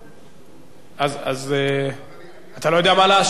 אז אתה לא יודע מה להשיב, או שכן?